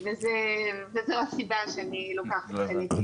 וזו הסיבה שאני לוקחת חלק בוועדה.